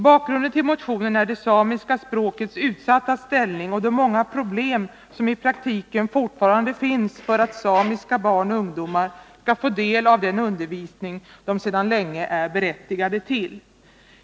Bakgrunden till motionen är det samiska språkets utsatta ställning och de många problem som i praktiken fortfarande finns för samiska barn och ungdomar att få del av den undervisning de sedan länge är berättigade till.